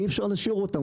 אי אפשר להשאיר אותם ככה.